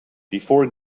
before